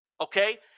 Okay